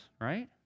right